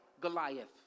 Goliath